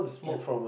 ya